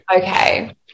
okay